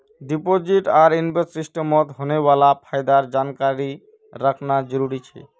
deposit आर इन्वेस्टमेंटत होने वाला फायदार जानकारी रखना जरुरी छे